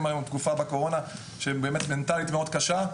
היום תקופה קשה מאוד מנטלית בקורונה,